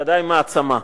ובוודאי מעצמה.